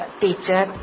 teacher